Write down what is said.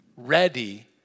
ready